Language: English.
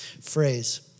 phrase